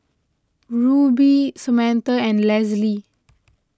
Rubye Samantha and Lesli